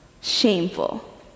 shameful